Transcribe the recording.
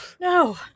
No